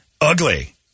ugly